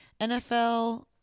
NFL